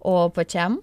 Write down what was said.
o pačiam